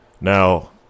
Now